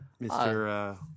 Mr